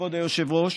כבוד היושב-ראש,